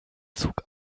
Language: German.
zug